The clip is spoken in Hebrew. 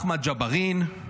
אחמד ג'בארין,